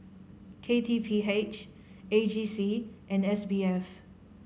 K T P H A G C and S B F